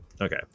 Okay